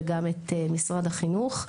ואת משרד החינוך.